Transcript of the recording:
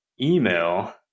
email